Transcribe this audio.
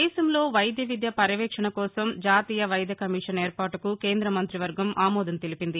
దేశంలో వైద్య విద్య పర్యవేక్షణ కోసం జాతీయ వైద్య కమీషన్ ఏర్పాటుకు కేంద్ర మంతి వర్గం ఆమోదం తెలిపింది